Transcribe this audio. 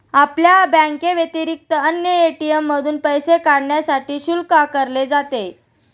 आपल्या बँकेव्यतिरिक्त अन्य ए.टी.एम मधून पैसे काढण्यासाठी शुल्क आकारले जाते